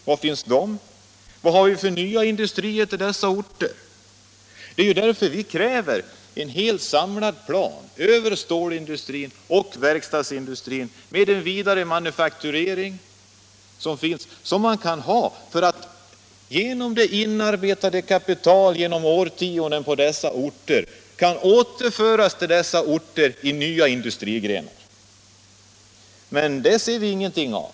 Vad har vi för nya industrier till dessa orter? Det är för att få svar på dessa frågor som vi kräver en samlad plan över stålindustrin och verkstadsindustrin. Man bör planera vidare för ny manufakturering. Därigenom kan det på dessa orter under årtionden inarbetade kapitalet återföras dit i nya industrigrenar. Men det ser vi ingenting av.